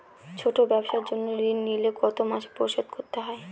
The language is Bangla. ছোট ব্যবসার জন্য ঋণ নিলে কত মাসে পরিশোধ করতে হয়?